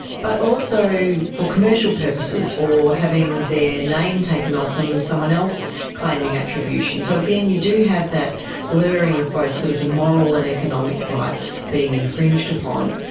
but also for commercial purposes or having their name taken off them and someone else claiming attribution. so again, you do have that blurring of both sort of the moral and economic rights being infringed upon.